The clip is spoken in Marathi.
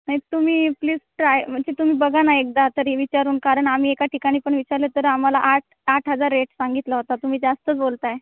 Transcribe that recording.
नाही तुम्ही प्लीज ट्राय म्हणजे तुम्ही बघा ना एकदा तरी विचारून कारण आम्ही एका ठिकाणी पण विचारले तर आम्हाला आठ आठ हजार रेट सांगितला होता तुम्ही जास्तच बोलत आहे